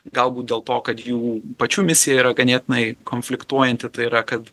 galbūt dėl to kad jų pačių misija yra ganėtinai konfliktuojanti tai yra kad